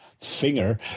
finger